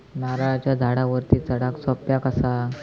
नारळाच्या झाडावरती चडाक सोप्या कसा?